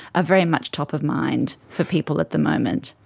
ah very much top-of-mind for people at the moment.